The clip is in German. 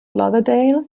lauderdale